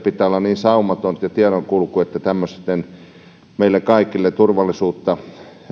pitää olla niin saumatonta että tämmöisten meidän kaikkien turvallisuutta